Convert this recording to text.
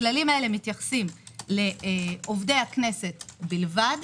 הכללים הללו מתייחסים לעובדי הכנסת בלבד.